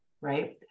right